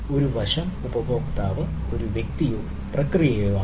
ഒരു വശം ഉപഭോക്താവ് ഒരു വ്യക്തിയോ പ്രക്രിയയോ ആകാം